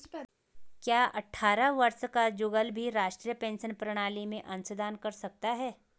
क्या अट्ठारह वर्ष का जुगल भी राष्ट्रीय पेंशन प्रणाली में अंशदान कर सकता है?